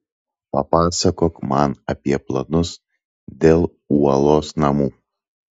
papasakok man apie planus dėl uolos namų